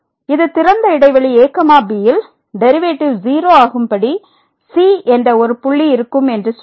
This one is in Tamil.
இது திறந்த இடைவெளி a b யில் டெரிவேட்டிவ் 0 ஆகும்படி c என்ற ஒரு புள்ளி இருக்கும் என்று சொல்லும்